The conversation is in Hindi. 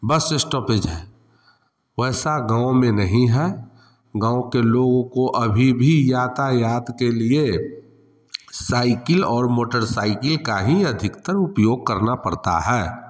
बस एस्टॉपेज है वैसा गाँव में नहीं है गाँव के लोगो को अभी भी यातायात के लिए साइकिल और मोटर साइकिल का ही अधिकतर उपयोग करना पड़ता है